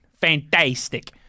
Fantastic